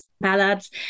ballads